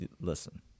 Listen